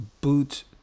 boots